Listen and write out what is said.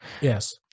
Yes